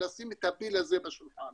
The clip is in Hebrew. לשים את הפיל הזה על השולחן.